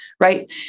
right